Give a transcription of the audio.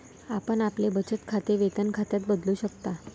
आपण आपले बचत खाते वेतन खात्यात बदलू शकता